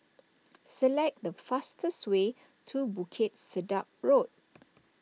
select the fastest way to Bukit Sedap Road